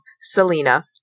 Selena